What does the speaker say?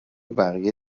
بقیه